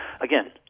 again